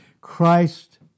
Christ